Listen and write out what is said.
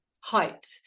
height